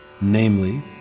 namely